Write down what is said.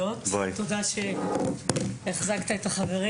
תודה שהחזקת את החברים.